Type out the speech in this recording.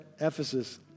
Ephesus